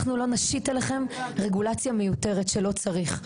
אנחנו לא נשית עליכם רגולציה מיותרת שלא צריך,